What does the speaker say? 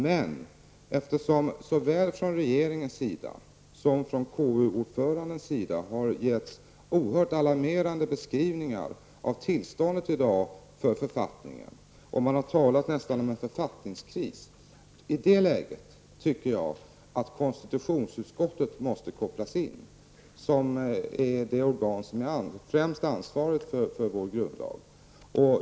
Men eftersom det såväl från regeringens som från KU ordförandens sida har getts oerhört alarmerande beskrivningar av författningens tillstånd i dag -- det har talats om någonting liknande författningskris -- tycker jag att konstitutionsutskottet måste kopplas in. Detta utskott är ju det organ som främst är ansvarigt för vår grundlag.